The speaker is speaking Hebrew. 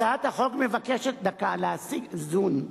הצעת החוק מבקשת להשיג איזון,